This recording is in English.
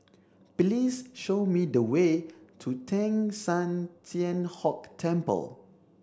please show me the way to Teng San Tian Hock Temple